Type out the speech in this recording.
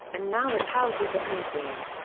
and now it houses a museum.